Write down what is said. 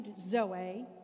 zoe